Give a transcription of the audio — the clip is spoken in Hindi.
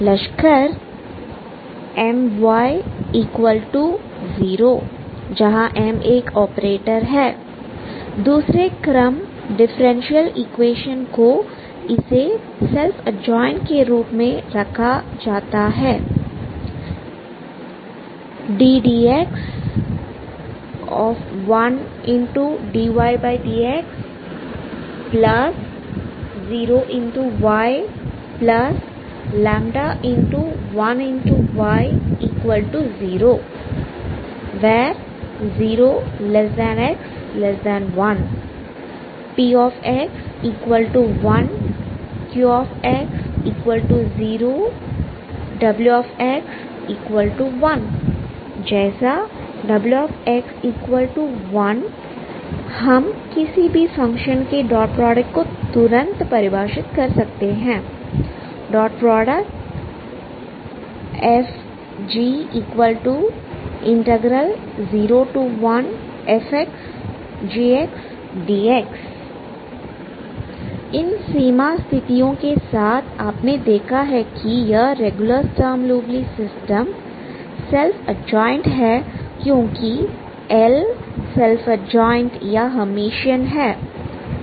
लश्कर My0 जहां M एक ऑपरेटर है दूसरे क्रम डिफरेंशियल इक्वेशन को इसे सेल्फ एडज्वाइंट के रूप में रखा जाता है ddx1 dydx0y λ1y0 0x1 px1 qx0 wx1 जैसा wx1 हम किसी भी फंक्शन के डॉट प्रोडक्ट को तुरंत परिभाषित कर सकते हैं ⟨f g⟩01fxg dx इन सीमा स्थितियों के साथ आपने देखा है कि यह regular Sturm Liouville system self adjoint है क्योंकि L सेल्फ एडज्वाइंट या हेयरमिशन है